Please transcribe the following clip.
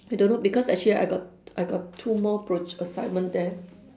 I don't know because actually I got I got two more proj~ assignment there